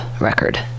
record